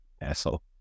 Asshole